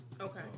Okay